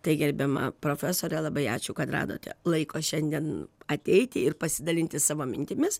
tai gerbiama profesore labai ačiū kad radote laiko šiandien ateiti ir pasidalinti savo mintimis